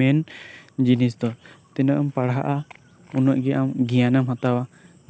ᱢᱮᱱ ᱡᱤᱱᱤᱥ ᱫᱚ ᱩᱱᱟᱹᱜ ᱮᱢ ᱯᱟᱲᱦᱟᱜᱼᱟ ᱩᱱᱟᱹᱜ ᱜᱮ ᱜᱮᱭᱟᱱ ᱮᱢ ᱦᱟᱛᱟᱣᱟ